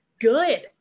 good